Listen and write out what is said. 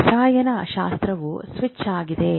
ರಸಾಯನಶಾಸ್ತ್ರವು switch ಆಗಿದೆ